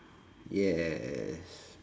yes